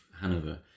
Hanover